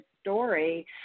story